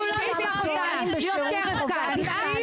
אנחנו לא נשלח אותן להיות טרף קל.